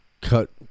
cut